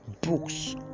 books